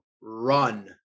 run